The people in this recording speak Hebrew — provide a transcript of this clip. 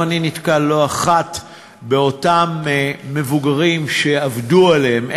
גם אני נתקל לא אחת באותם מבוגרים שעבדו עליהם,